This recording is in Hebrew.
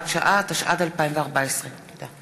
התשע"ד 2014. תודה.